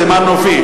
סימנו "וי".